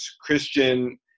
Christian